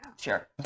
Sure